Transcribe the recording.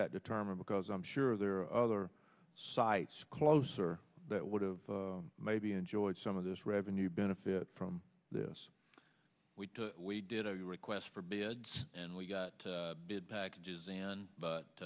that determined because i'm sure there are other sites closer that would have maybe enjoyed some of this revenue benefit from this we did our requests for beds and we got big packages and